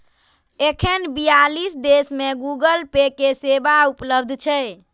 एखन बियालीस देश मे गूगल पे के सेवा उपलब्ध छै